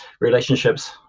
relationships